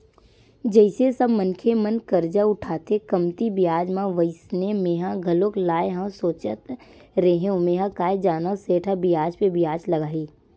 जइसे सब मनखे मन करजा उठाथे कमती बियाज म वइसने मेंहा घलोक लाय हव सोचत रेहेव मेंहा काय जानव सेठ ह बियाज पे बियाज लगाही